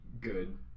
good